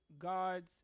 God's